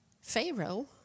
Pharaoh